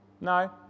No